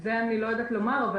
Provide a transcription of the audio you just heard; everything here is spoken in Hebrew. אני לא יודעת לומר את זה.